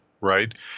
Right